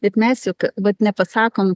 bet mes juk vat nepasakom